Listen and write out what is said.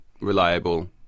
reliable